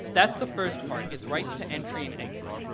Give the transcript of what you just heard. that's the first part, is rights to entry and exit.